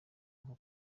nko